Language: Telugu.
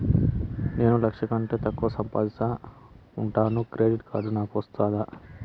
నేను లక్ష కంటే తక్కువ సంపాదిస్తా ఉండాను క్రెడిట్ కార్డు నాకు వస్తాదా